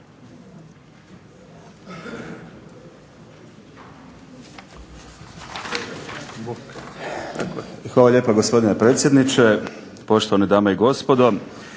Hvala lijepa gospodine predsjedniče, poštovane dame i gospodo.